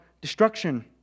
destruction